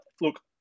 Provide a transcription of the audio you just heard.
Look